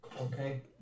Okay